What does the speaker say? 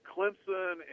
Clemson